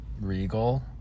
Regal